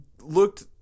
looked